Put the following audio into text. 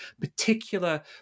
particular